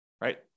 right